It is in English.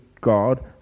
God